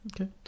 Okay